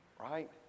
right